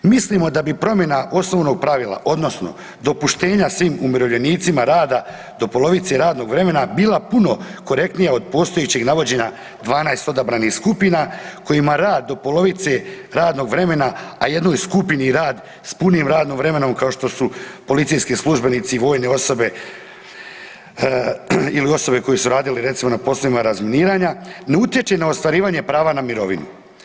Mislimo da bi promjena osnovnog pravila odnosno dopuštenja svim umirovljenicima rada do polovice radnog vremena bila puno korektnija od postojećeg navođenja 12 odabranih skupina kojima rad do polovice radnog vremena, a jednoj skupini rad s punim radnim vremenom kao što su policijski službenici i vojne osobe ili osobe koji su radili recimo na poslovima razminiranja ne utječe na ostvarivanje prava na mirovinu.